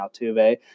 Altuve